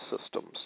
systems